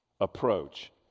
approach